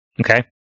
Okay